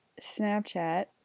Snapchat